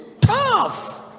Tough